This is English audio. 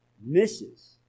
misses